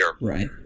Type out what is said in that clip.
Right